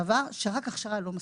בעבר, שרק הכשרה לא מספיקה.